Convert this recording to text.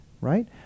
Right